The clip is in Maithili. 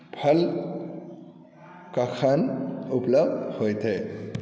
फल कखन उपलब्ध होयत